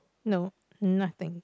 no nothing